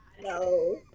no